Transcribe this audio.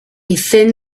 thin